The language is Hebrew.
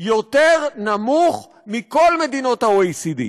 יותר נמוך מכל מדינות ה-OECD.